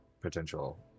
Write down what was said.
potential